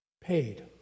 paid